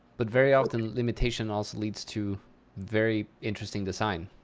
but very often, limitation also leads to very interesting design.